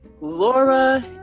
Laura